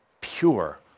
pure